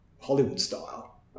Hollywood-style